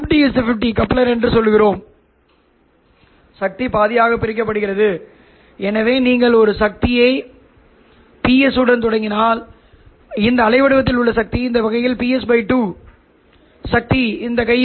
உள்ளூர் ஆஸிலேட்டர் சமிக்ஞை கட்ட குறியீட்டில் ASELO LPLOe j ωLOt θLO இல் வழங்கப்படும் எனவே நீங்கள் இந்த இரண்டு வெளிப்பாடுகளையும் மாற்றி ஒளிநிகழ்வு சமன்பாட்டை எளிமைப்படுத்தினால்